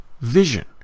vision